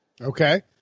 Okay